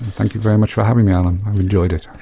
thank you very much for having me alan. i've enjoyed it.